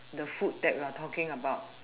the food that we are talking about